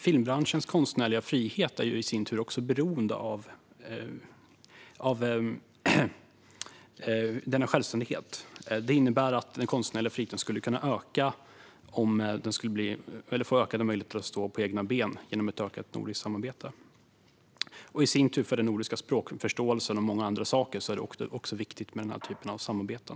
Filmbranschens konstnärliga frihet är i sin tur beroende av denna självständighet. Det innebär att den konstnärliga friheten skulle kunna öka om branschen skulle få ökade möjligheter att stå på egna ben genom ett ökat nordiskt samarbete. För den nordiska språkförståelsen och många andra saker är det också viktigt med den typen av samarbeten.